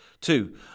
Two